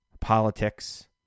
politics